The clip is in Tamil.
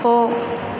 போ